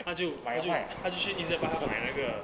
她就她就 E_Z buy 买儿那个